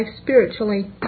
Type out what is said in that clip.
spiritually